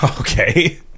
Okay